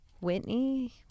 Whitney